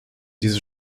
diese